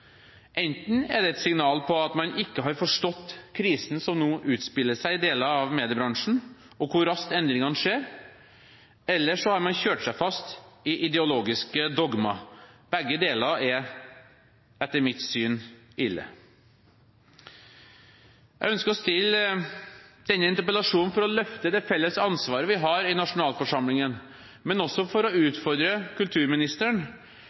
et signal om at man ikke har forstått krisen som nå utspilles i deler av mediebransjen, og hvor raskt endringene skjer, eller så har man kjørt seg fast i ideologiske dogmer. Begge deler er etter mitt syn ille. Jeg ønsker å stille denne interpellasjonen for å løfte det felles ansvaret vi har i nasjonalforsamlingen, men også for å utfordre kulturministeren